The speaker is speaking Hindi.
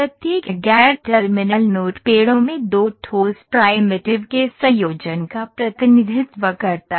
प्रत्येक गैर टर्मिनल नोड पेड़ों में दो ठोस प्राइमिटिव के संयोजन का प्रतिनिधित्व करता है